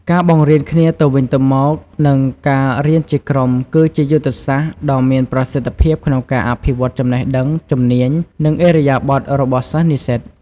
ការបង្រៀនគ្នាទៅវិញទៅមក និងការរៀនជាក្រុម គឺជាយុទ្ធសាស្ត្រដ៏មានប្រសិទ្ធភាពក្នុងការអភិវឌ្ឍចំណេះដឹង ជំនាញ និងឥរិយាបថរបស់សិស្សនិស្សិត។